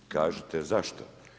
Kažite zašto?